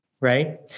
right